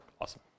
awesome